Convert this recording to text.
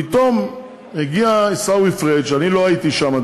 פתאום הגיע עיסאווי פריג' אני לא הייתי שם,